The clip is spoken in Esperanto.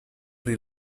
pri